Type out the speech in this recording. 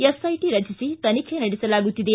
SIT ರಚಿಸಿ ತನಿಖೆ ನಡೆಸಲಾಗುತ್ತಿದೆ